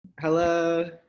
hello